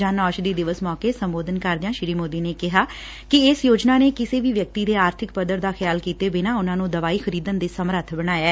ਜਨ ਔਸ਼ਧੀ ਦਿਵਸ ਮੌਕੇ ਸੰਬੋਧਨ ਕਰਦਿਆਂ ਸ੍ਰੀ ਮੌਦੀ ਨੇਂ ਕਿਹਾ ਕਿ ਇਸ ਯੋਜਨਾ ਨੇ ਕਿਸੇ ਵੀ ਵਿਅਕਤੀ ਦੇ ਆਰਥਿਕ ਪੱਧਰ ਦਾ ਖਿਆਲ ਕਿਤੇ ਬਿਨਾਂ ਉਨੂਾਂ ਨੂੰ ਦਵਾਈ ਖਰੀਦਣ ਦੇ ਸਮੱਰਥ ਬਣਾਇਐ